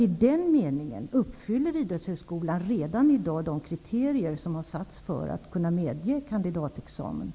I den meningen uppfyller Idrottshögskolan redan i dag de kriterier som har uppsatts för att kandidatexamen skall kunna utfärdas.